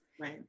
Right